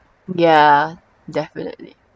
yeah definitely